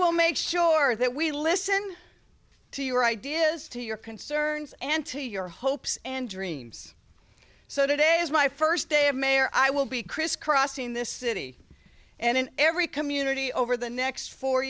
will make sure that we listen to your ideas to your concerns and to your hopes and dreams so today's my first day of mayor i will be crisscrossing this city and in every community over the next four